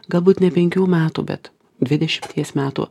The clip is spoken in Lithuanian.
galbūt ne penkių metų bet dvidešimties metų